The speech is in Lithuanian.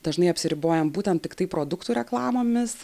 dažnai apsiribojam būtent tiktai produktų reklamomis